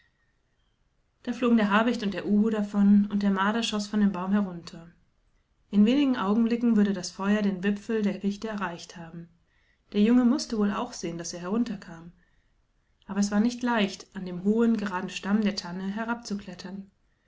da flogen der habicht und der uhu davon und der marder schoß von dem baum herunter in wenigen augenblicken würde das feuer den wipfel der fichteerreichthaben derjungemußtewohlauchsehen daßerherunterkam aber es war nicht leicht an dem hohen geraden stamm